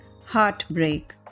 heartbreak